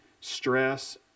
stress